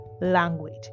language